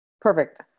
Perfect